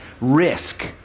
Risk